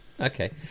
Okay